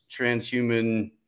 transhuman